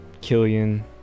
Killian